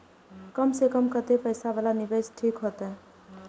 कम से कम कतेक पैसा वाला निवेश ठीक होते?